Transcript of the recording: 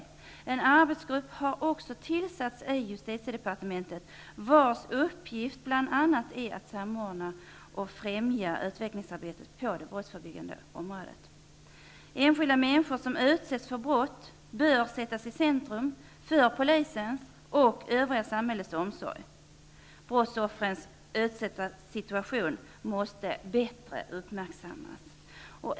I justitiedepartementet har också en arbetsgrupp tillsatts vars uppgift bl.a. är att samordna och främja utvecklingsarbetet på det brottsförebyggande området. Enskilda människor som utsätts för brott bör sättas i centrum för polisens och övriga samhällets omsorg. Brottsoffrens utsatta situation måste bättre uppmärksammas.